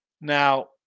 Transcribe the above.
Now